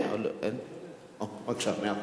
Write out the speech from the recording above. בבקשה.